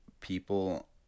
people